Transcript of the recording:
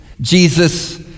Jesus